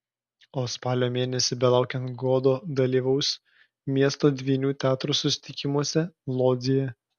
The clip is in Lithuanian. o spalio mėnesį belaukiant godo dalyvaus miestų dvynių teatrų susitikimuose lodzėje